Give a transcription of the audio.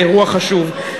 אירוע חשוב.